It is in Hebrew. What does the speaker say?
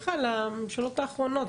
בכלל לממשלות האחרונות,